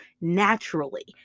naturally